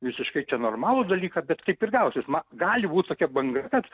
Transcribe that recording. visiškai čia normalų dalyką bet taip ir gausis na gali būt tokia banga kad